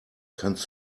kannst